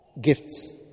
Gifts